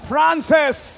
Francis